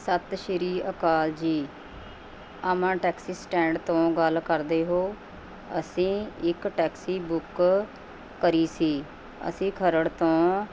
ਸਤਿ ਸ਼੍ਰੀ ਅਕਾਲ ਜੀ ਅਮਨ ਟੈਕਸੀ ਸਟੈਂਡ ਤੋਂ ਗੱਲ ਕਰਦੇ ਹੋ ਅਸੀਂ ਇੱਕ ਟੈਕਸੀ ਬੁੱਕ ਕਰੀ ਸੀ ਅਸੀਂ ਖਰੜ ਤੋਂ